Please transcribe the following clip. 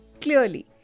Clearly